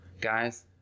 Guys